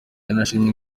yanashimiye